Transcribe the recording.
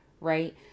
right